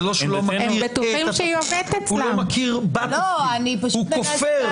זה לא שהוא לא מכיר --- אז מה חשבת